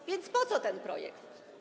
A więc po co ten projekt?